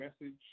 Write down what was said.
message